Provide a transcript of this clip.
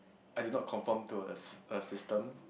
I do not conform to a s~ a system